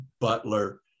Butler